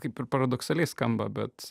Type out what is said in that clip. kaip ir paradoksaliai skamba bet